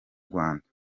rwanda